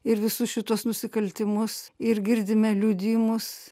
ir visus šituos nusikaltimus ir girdime liudijimus